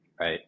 Right